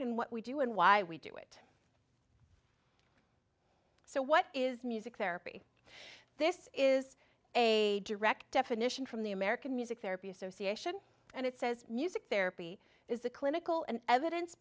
and what we do and why we do it so what is music therapy this is a direct definition from the american music therapy association and it says music therapy is the clinical and evidence